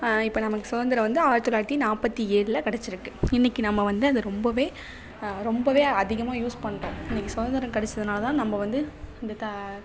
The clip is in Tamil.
இப்போ நமக்கு சுதந்திரம் வந்து ஆயிரத்து தொள்ளாயிரத்து நாற்பத்தி ஏலில் கிடச்சிருக்கு இன்னக்கு நாம்ம வந்து அதை ரொம்வே ரொம்பவே அதிகமாக யூஸ் பண்ணுறோம் இன்னக்கு சுதந்திரம் கிடச்சதுனாலதான் நம்ம வந்து இந்த த